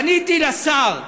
פניתי לשר,